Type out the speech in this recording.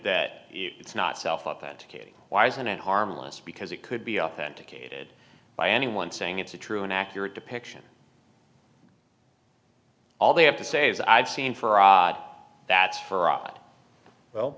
that it's not self taught that katie why isn't it harmless because it could be authenticated by anyone saying it's a true and accurate depiction all they have to say is i've seen for odd that's for rot well